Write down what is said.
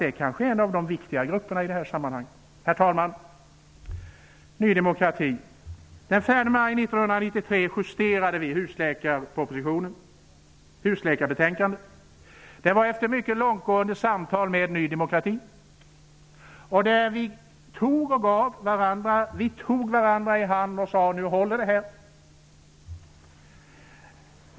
Det är kanske en av de viktigare grupperna i detta sammanhang. Herr talman! Så till Ny demokrati. Den 4 maj 1993 justerade vi betänkandet om husläkarpropositionen. Det skedde efter mycket långtgående samtal med Ny demokrati. Vi tog varandra i hand och sade: Nu håller vi detta.